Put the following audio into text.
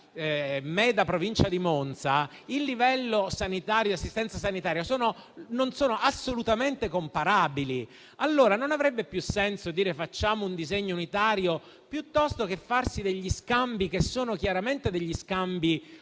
Meda, in provincia di Monza, i livelli sanitari e dell'assistenza sanitaria non sono assolutamente comparabili. Non avrebbe più senso allora fare un disegno unitario, piuttosto che farsi scambi che sono chiaramente quelli di